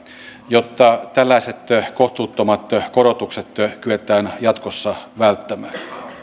jotta tällaiset kohtuuttomat korotukset kyetään jatkossa välttämään